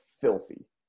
filthy